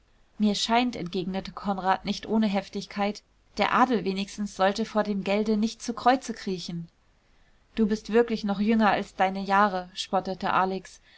mir scheint entgegnete konrad nicht ohne heftigkeit der adel wenigstens sollte vor dem gelde nicht zu kreuze kriechen du bist wirklich noch jünger als deine jahre spottete alex